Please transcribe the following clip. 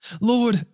Lord